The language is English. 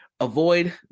Avoid